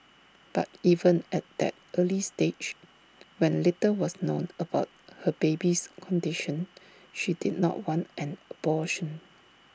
but even at that early stage when little was known about her baby's condition she did not want an abortion